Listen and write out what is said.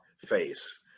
face